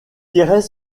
tiraient